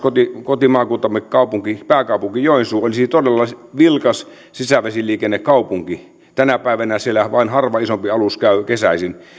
kotimaakuntamme pääkaupunki joensuu olisi todella vilkas sisävesiliikennekaupunki tänä päivänä siellä vain harva isompi alus käy kesäisin